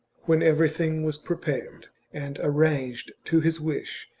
when everything was prepared and arranged to his wish,